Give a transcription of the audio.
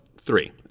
three